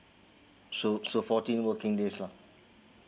so so fourteen working days lah